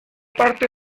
parte